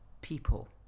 people